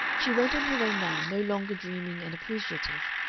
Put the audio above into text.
she went on her way now no longer dreaming and appreciative,